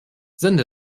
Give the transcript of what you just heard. sind